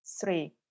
Three